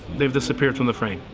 they've disappeared from the frame!